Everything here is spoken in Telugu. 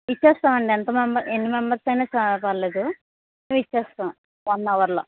ఇచ్చేస్తామండి ఎంత మెంబ ఎన్నిమెంబర్స్ అయినా స పర్లేదు ఇచ్చేస్తాం వన్ అవర్లో